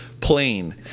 Plain